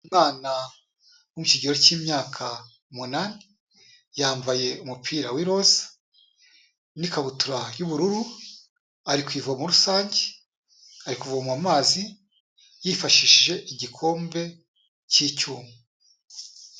Umwana wo kigero k'imyaka umunani, yambaye umupira w'iroze n'ikabutura y'ubururu, ari ku ivomo rusange, ari kuvoma amazi yifashishije igikombe k'icyuma.